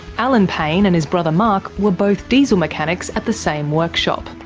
alan payne and his brother mark were both diesel mechanics at the same workshop.